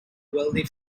wealthy